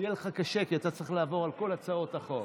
יהיה לך קשה, כי אתה צריך לעבור על כל הצעות החוק.